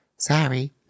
Sorry